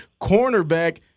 cornerback